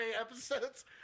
episodes